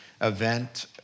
event